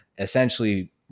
essentially